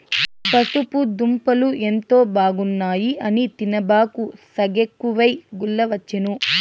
పసుపు దుంపలు ఎంతో బాగున్నాయి అని తినబాకు, సెగెక్కువై గుల్లవచ్చేను